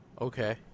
Okay